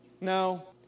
No